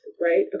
right